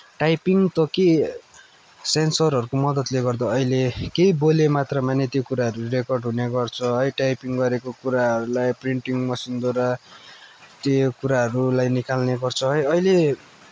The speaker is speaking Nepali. टाइपिङ त के सेन्सरहरूको मद्दतले गर्दा अहिले केही बोले मात्रमा नै त्यो कुराहरू रेकर्ड हुने गर्छ है टाइपिङ गरेको कुराहरूलाई प्रिन्टिङ मसिनद्वारा ती कुराहरूलाई निकाल्ने गर्छ है अहिले